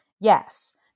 yes